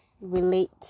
Relate